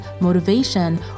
motivation